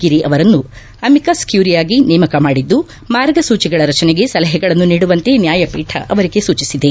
ಗಿರಿ ಅವರನ್ನು ಅಮಿಕಸ್ ಕ್ಲೂರಿಯಾಗಿ ನೇಮಕ ಮಾಡಿದ್ಲು ಮಾರ್ಗಸೂಚಿಗಳ ರಚನೆಗೆ ಸಲಹೆಗಳನ್ನು ನೀಡುವಂತೆ ನ್ಯಾಯಪೀಠ ಅವರಿಗೆ ಸೂಚಿಸಿದೆ